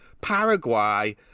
Paraguay